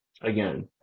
again